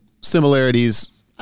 similarities